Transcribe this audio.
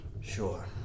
Sure